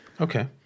Okay